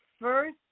first